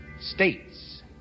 States